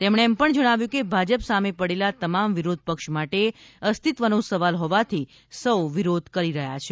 તેમણે એમ પણ જણાવ્યું કે ભાજપ સામે પડેલા તમામ વિરોધ પક્ષ માટે અસ્તિત્વનો સવાલ હોવાથી સૌ વિરોધ કરી રહ્યા છે